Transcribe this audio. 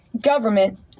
government